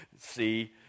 see